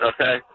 Okay